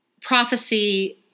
prophecy